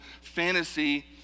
fantasy